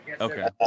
Okay